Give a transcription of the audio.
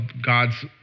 God's